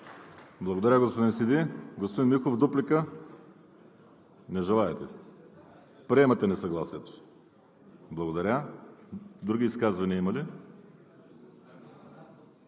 Благодаря, господин Сиди. Господин Михов, дуплика? Не желаете – приемате несъгласието. Благодаря. Други изказвания има ли?